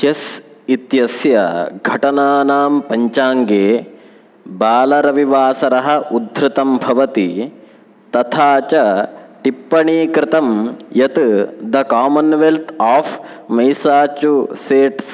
chess इत्यस्य घटनानां पञ्चाङ्गे बालरविवासरः उद्धृतं भवति तथा च टिप्पणीकृतं यत् द कामन्वेल्त् आफ् मैसाचुसेट्स् जून्मासे द्वितीयरविवासरस्य वार्षिकघोषणाम् अङ्गीकरोति